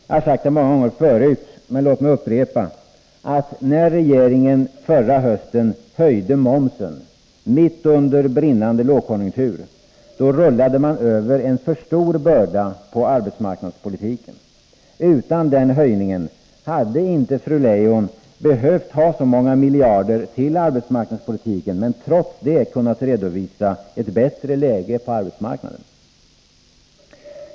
Jag har sagt det många gånger förut men låt mig upprepa det: När regeringen förra hösten höjde momsen — mitt under brinnande lågkonjunktur — då rullade man över en för stor börda på arbetsmarknadspolitiken. Utan den höjningen hade inte fru Leijon behövt ha så många miljarder till arbetsmarknadspolitiken men trots det kunnat redovisa ett bättre läge på arbetsmarknaden.